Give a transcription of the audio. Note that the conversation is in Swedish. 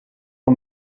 och